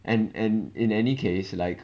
and and in any case like